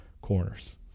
corners